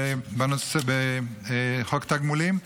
חוק תגמולים,